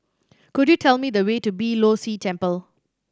could you tell me the way to Beeh Low See Temple